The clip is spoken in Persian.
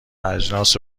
اجناس